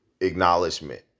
acknowledgement